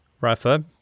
Rafa